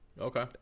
Okay